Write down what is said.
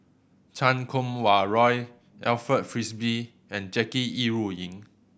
Chan Kum Wah Roy Alfred Frisby and Jackie Yi Ru Ying